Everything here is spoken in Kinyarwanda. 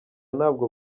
ntabwo